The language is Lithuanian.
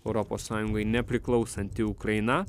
europos sąjungai nepriklausanti ukraina